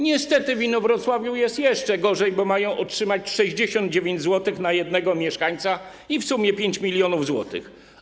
Niestety w Inowrocławiu jest jeszcze gorzej, bo mają otrzymać 69 zł na jednego mieszkańca i w sumie 5 mln zł.